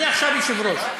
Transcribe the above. אני עכשיו יושב-ראש.